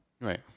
Right